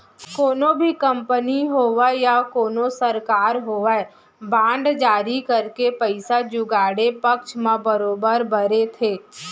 कोनो भी कंपनी होवय या कोनो सरकार होवय बांड जारी करके पइसा जुगाड़े पक्छ म बरोबर बरे थे